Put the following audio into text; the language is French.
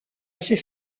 assez